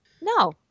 No